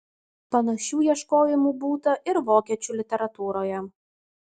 panašių ieškojimų būta ir vokiečių literatūroje